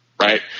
Right